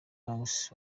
ranks